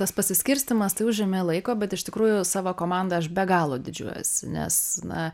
tas pasiskirstymas tai užėmė laiko bet iš tikrųjų savo komanda aš be galo didžiuojuosi nes na